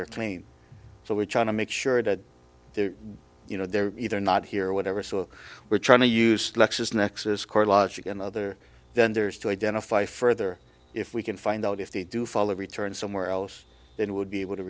claim so we're trying to make sure that they're you know they're either not here or whatever so we're trying to use lexis nexis core logic and other vendors to identify further if we can find out if they do follow return somewhere else then would be able to